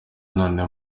none